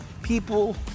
people